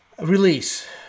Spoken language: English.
release